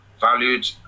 valued